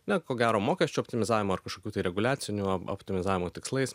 na ko gero mokesčių optimizavimo ar kažkokių tai reguliacinių optimizavimo tikslais